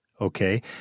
okay